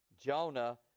Jonah